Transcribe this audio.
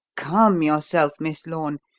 calm yourself, miss lorne.